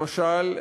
למשל,